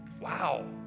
wow